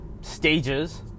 stages